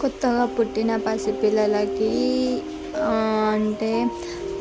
కొత్తగా పుట్టిన పసిపిల్లలకి ఆ అంటే